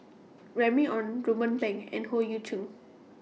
Remy Ong Ruben Pang and Howe Yoon Chong